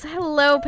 Hello